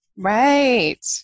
Right